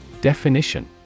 Definition